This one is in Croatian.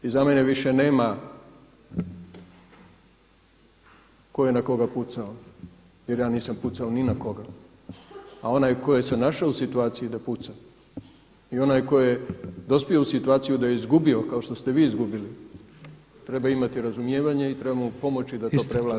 I za mene više nema tko je na koga pucao jer ja nisam pucao ni na koga, a onaj tko se našao u situaciji da puca i onaj tko je dospio u situaciju da je izgubio kao što ste vi izgubili, treba imati razumijevanje i treba mu pomoći da to prevlada.